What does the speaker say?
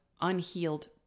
unhealed